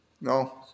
no